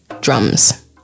drums